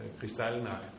Kristallnacht